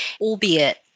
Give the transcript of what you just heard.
albeit